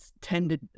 Tended